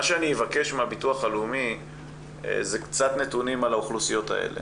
מה שאני אבקש מהביטוח הלאומי זה קצת נתונים על האוכלוסיות האלה.